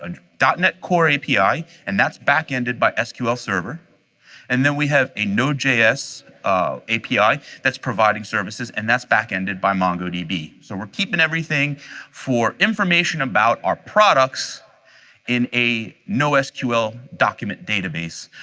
and dot net core api, and that's back-ended by sql server and then we have a node js api, that's providing services and that's back-ended by mongodb. so we're keeping everything for information about our products in a nosql document database.